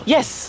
Yes